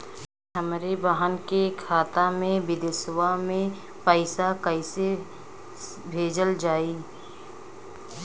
हमरे बहन के खाता मे विदेशवा मे पैसा कई से भेजल जाई?